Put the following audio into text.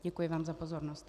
Děkuji vám za pozornost.